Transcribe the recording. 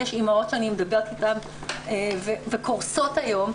יש אימהות שאני מדברת איתן וקורסות היום,